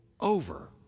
over